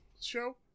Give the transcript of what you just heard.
show